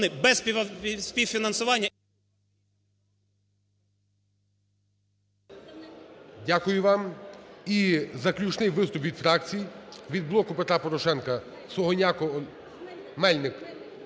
Дякую вам. І заключний виступ від фракцій. Від "Блоку Петра Порошенка" Сугоняко. Мельник,